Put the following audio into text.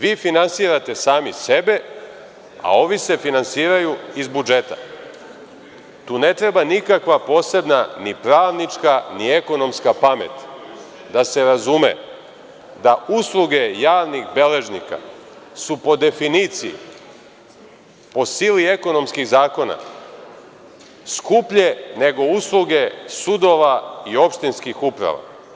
Vi finansirate sami sebe, a ovi se finansiraju iz budžeta, tu ne treba nikakva posebna ni pravnička, ni ekonomska pamet da se razume da usluge javnih beležnika su po definiciji, po sili ekonomskih zakona skuplje nego usluge sudova i opštinskih uprava.